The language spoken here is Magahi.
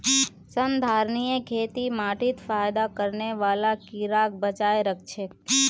संधारणीय खेती माटीत फयदा करने बाला कीड़ाक बचाए राखछेक